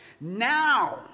Now